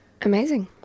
Amazing